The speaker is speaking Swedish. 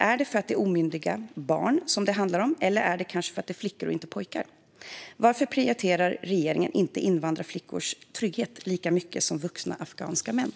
Är det att det är omyndiga barn det handlar om, eller är det kanske att det är flickor och inte pojkar? Varför prioriterar regeringen inte invandrarflickors trygghet lika mycket som vuxna afghanska mäns?